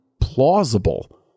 plausible